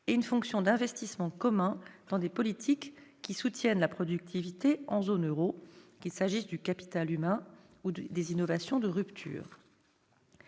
et une fonction d'investissements communs dans des politiques qui soutiennent la productivité en zone euro, qu'il s'agisse du capital humain ou des innovations de rupture.